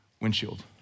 windshield